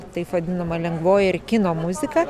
taip vadinama lengvoji ir kino muzika